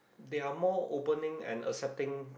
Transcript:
they are more opening and accepting